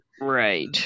Right